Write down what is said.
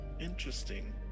Interesting